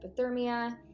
hypothermia